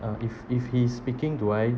uh if if he is speaking do I